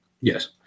Yes